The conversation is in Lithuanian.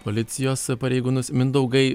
policijos pareigūnus mindaugai